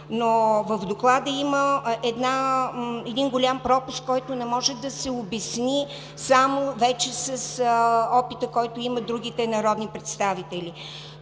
но в Доклада има един голям пропуск, който не може да се обясни вече само с опита, който имат другите народни представители.